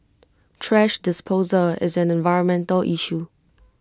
thrash disposal is an environmental issue